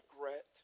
regret